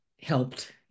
helped